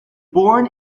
born